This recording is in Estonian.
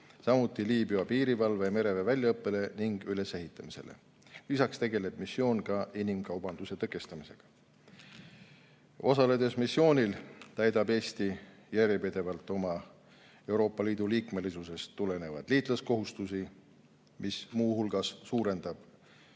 samuti Liibüa piirivalve ja mereväe väljaõppele ning ülesehitamisele. Lisaks tegeleb missioon ka inimkaubanduse tõkestamisega. Osaledes missioonil täidab Eesti järjepidevalt oma Euroopa Liidu liikmelisusest tulenevaid liitlaskohustusi, mis muu hulgas suurendab